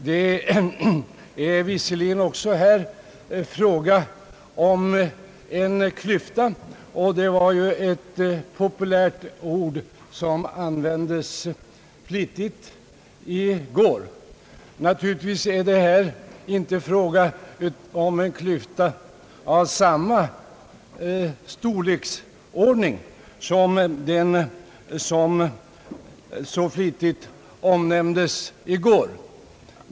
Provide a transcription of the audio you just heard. Det är visserligen också här fråga om en klyfta, och det är ju ett populärt ord som användes flitigt i går. Men naturligtvis är det här inte fråga om en klyfta av samma storlek som den klyfta som så ofta omnämndes i går.